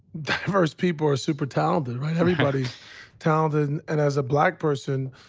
diverse people are super talented. right? everybody's talented. and as ah black person,